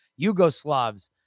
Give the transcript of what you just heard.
Yugoslavs